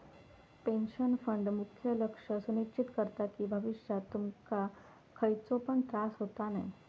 pension fund मुख्य लक्ष सुनिश्चित करता कि भविष्यात तुमका खयचो पण त्रास होता नये